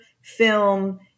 film